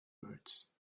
words